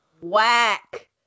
whack